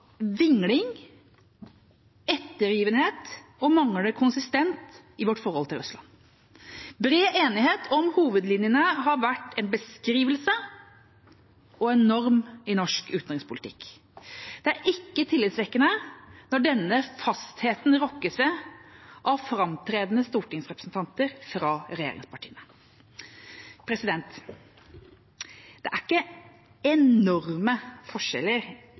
vingling, ettergivenhet og manglende konsistens i vårt forhold til Russland. Bred enighet om hovedlinjene har vært en beskrivelse og en norm i norsk utenrikspolitikk. Det er ikke tillitvekkende når denne fastheten rokkes ved av framtredende stortingsrepresentanter fra regjeringspartiene. Det er ikke enorme forskjeller